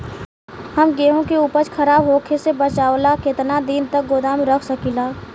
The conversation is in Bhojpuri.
हम गेहूं के उपज खराब होखे से बचाव ला केतना दिन तक गोदाम रख सकी ला?